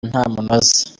ntamunoza